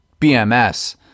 BMS